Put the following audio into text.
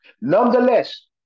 Nonetheless